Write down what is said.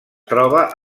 troba